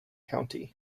county